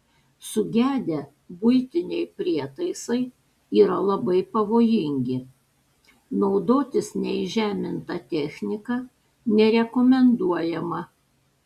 sugedę buitiniai prietaisai yra labai pavojingi naudotis neįžeminta technika nerekomenduojama